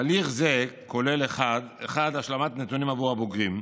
תהליך זה כולל: 1. השלמת נתונים עבור הבוגרים.